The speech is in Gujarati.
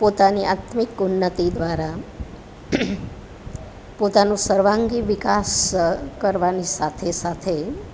પોતાની આત્મિક ઉન્નતિ દ્વારા પોતાનું સર્વાંગી વિકાસ કરવાની સાથે સાથે